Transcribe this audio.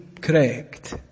correct